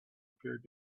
appeared